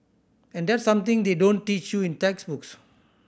and that's something they don't teach you in textbooks